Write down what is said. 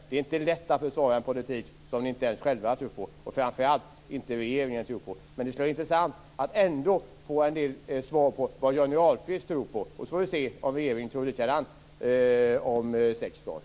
Det är inte lätt att försvara en politik som ni inte ens själva och framför allt inte regeringen tror på. Men det skulle ändå vara intressant att få en del svar om vad Johnny Ahlqvist tror på. Sedan får vi se om regeringen tror likadant om sex dagar.